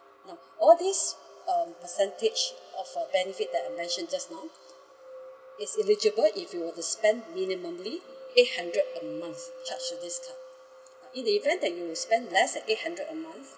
no all these uh percentage of uh benefit that I've mentioned just now is eligible if you were to spend minimally eight hundred per month charge to this card it even if you spend less than eight hundred a month